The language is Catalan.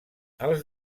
els